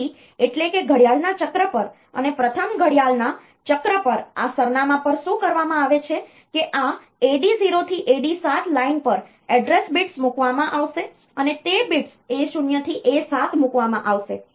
તેથી એટલે કે ઘડિયાળના ચક્ર પર અને પ્રથમ ઘડિયાળના ચક્ર પર આ સરનામાં પર શું કરવામાં આવે છે કે આ AD 0 થી AD 7 લાઇન પર એડ્રેસ bits મૂકવામાં આવશે અને તે bits A0 થી A7 મૂકવામાં આવશે